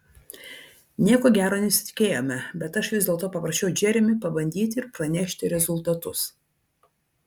nieko gero nesitikėjome bet aš vis dėlto paprašiau džeremį pabandyti ir pranešti rezultatus